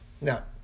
Now